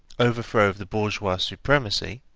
overthrow of the bourgeois supremacy,